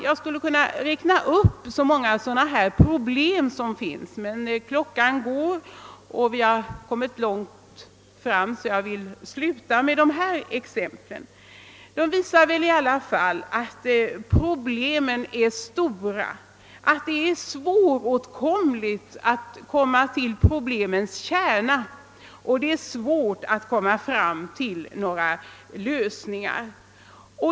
Jag skulle kunna räkna upp många sådana problem, men klockan har redan hunnit bli mycket, och jag skall därför avstå härifrån. Vad jag sagt visar ändå att problemen är stora och att det är svårt att tränga till problemets kärna och åstadkomma några lösningar.